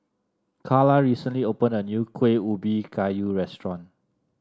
Carla recently opened a new Kueh Ubi Kayu restaurant